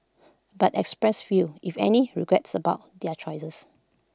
but expressed few if any regrets about their choices